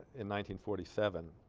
in nineteen forty-seven